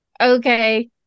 Okay